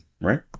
right